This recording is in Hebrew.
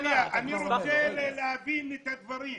איליה, אני רוצה להבין את הדברים,